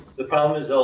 the problem is,